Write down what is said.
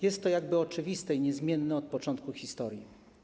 Jest to oczywiste i niezmienne od początku historii.